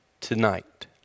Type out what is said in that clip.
tonight